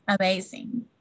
amazing